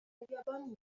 اليابانية